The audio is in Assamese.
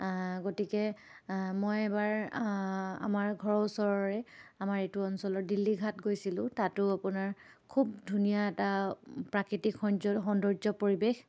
গতিকে মই এবাৰ আমাৰ ঘৰৰ ওচৰৰে আমাৰ এইটো অঞ্চলৰ দিল্লীঘাট গৈছিলোঁ তাতো আপোনাৰ খুব ধুনীয়া এটা প্ৰাকৃতিক সৌন্জ সৌন্দৰ্য পৰিৱেশ